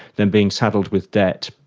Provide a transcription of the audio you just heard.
then being saddled with debt,